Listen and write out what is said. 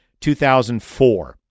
2004